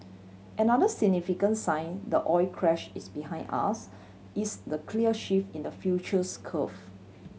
another significant sign the oil crash is behind us is the clear shift in the futures curve